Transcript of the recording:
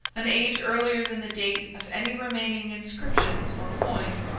an age earlier than the date of any remaining inscriptions or coins,